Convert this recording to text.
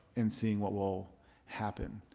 and seeing what will happen.